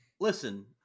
Listen